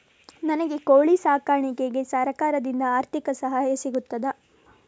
ನನಗೆ ಕೋಳಿ ಸಾಕಾಣಿಕೆಗೆ ಸರಕಾರದಿಂದ ಆರ್ಥಿಕ ಸಹಾಯ ಸಿಗುತ್ತದಾ?